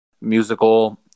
musical